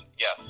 yes